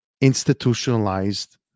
institutionalized